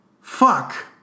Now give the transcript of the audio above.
Fuck